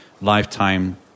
lifetime